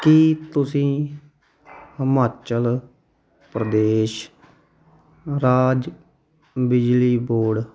ਕੀ ਤੁਸੀਂ ਹਿਮਾਚਲ ਪ੍ਰਦੇਸ਼ ਰਾਜ ਬਿਜਲੀ ਬੋਰਡ